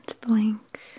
blank